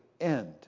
end